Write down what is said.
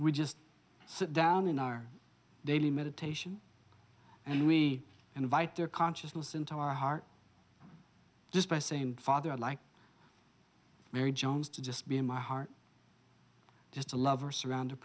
we just sit down in our daily meditation and we invite their consciousness into our heart just by saying father i like mary jones to just be in my heart just a lover surround